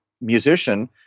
musician